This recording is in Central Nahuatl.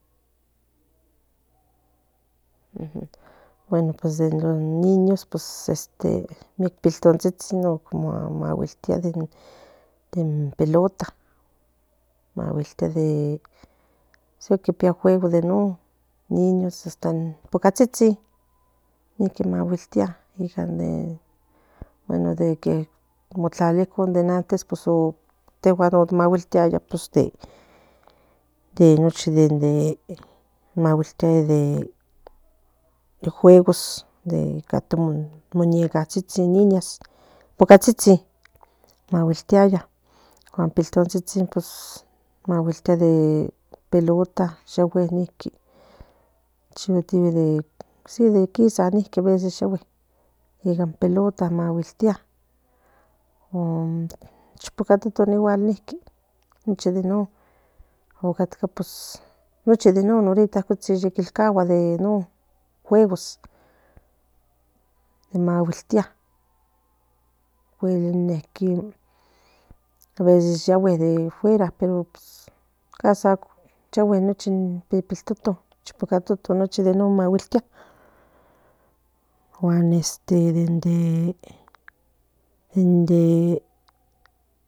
Bueno pos den niños pos este miec piltonzhizhin otmaguiltiaya dem pelota maguiltia de sea kon pía juego de non niños asta pocazhizhin niki mahioltia ocan den que motlalia in antes intehuan ot lmahuitia mochi de den de juegos de ican tu muñecazhizhin noiñas pocazhizhin maguiltiaya huan piltonzhizhin maguiltia de pelota yahue noki chogueti si de kisa niki yahue ican pelota maguiltia un ichpoacatotontin igual niki nochi de non ocatca pos nochi de non ocatca yikilcahua de non juegos maguiltia cuel in neki aveces yahue de fuera casi aco nochtin yahue nochi de non maguiltia huan esté dende dende